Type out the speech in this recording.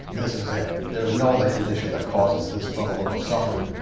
this is it. there is no other condition that causes this level of suffering.